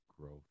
growth